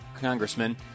congressman